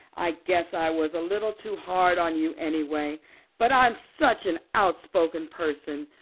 i guess i was a little too hard on you, anyway. but i'm such an outspoken person.